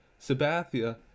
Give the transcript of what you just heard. Sabathia